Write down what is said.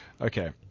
Okay